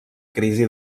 crisi